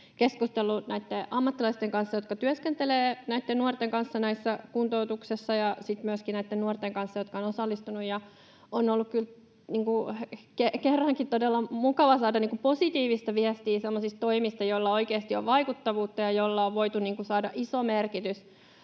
keskustellut näitten ammattilaisten kanssa, jotka työskentelevät nuorten kanssa näissä kuntoutuksissa, ja sitten myöskin näitten nuorten kanssa, jotka ovat niihin osallistuneet. On ollut kyllä kerrankin todella mukava saada positiivista viestiä semmoisista toimista, joilla oikeasti on vaikuttavuutta ja joilla on voitu saada iso merkitys